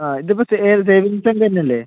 ആ ഇതിപ്പം സേവിങ്ങ്സിൻ്റെ തന്നെയല്ലേ